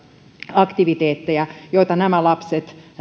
aktiviteetteja joita nämä lapset